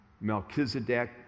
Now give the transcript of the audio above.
melchizedek